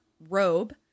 robe